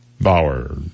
Bauer